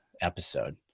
episode